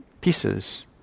pieces